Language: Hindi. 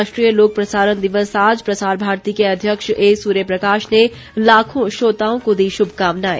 राष्ट्रीय लोक प्रसारण दिवस आज प्रसार भारती के अध्यक्ष ए सूर्यप्रकाश ने लाखों श्रोताओं को दी शुभकामनाएं